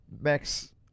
Max